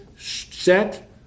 set